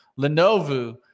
Lenovo